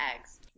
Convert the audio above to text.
eggs